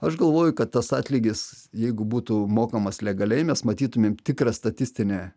aš galvoju kad tas atlygis jeigu būtų mokamas legaliai mes matytumėm tikrą statistinę